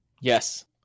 Yes